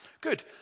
Good